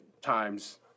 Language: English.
times